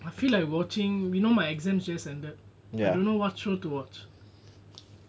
I feel like watching you know my exams just ended I don't know what show to watch